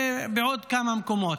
ובעוד כמה מקומות.